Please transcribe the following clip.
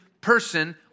person